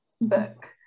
book